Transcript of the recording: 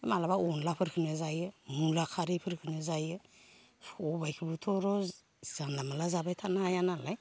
माब्लाबा अनद्लाफोरखोनो जायो मुला खारैफोरखोनो जायो सबायखोबोथ' र' जानला मानला जाबाय थानो हायानालाय